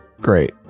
Great